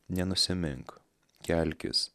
nenusimink kelkis